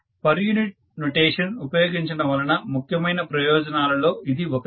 per unit notation ఉపయోగించడం వలన ముఖ్యమైన ప్రయోజనాలలో ఇది ఒకటి